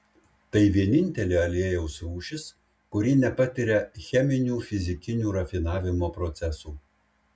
tai vienintelė aliejaus rūšis kuri nepatiria cheminių fizikinių rafinavimo procesų